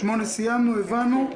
סעיף 8 סיימנו, הבנו.